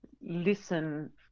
listen